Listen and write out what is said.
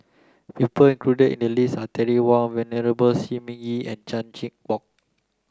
people included in the list are Terry Wong Venerable Shi Ming Yi and Chan Chin Bock